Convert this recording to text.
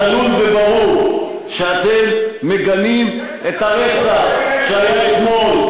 צלול וברור שאתם מגנים את הרצח שהיה אתמול,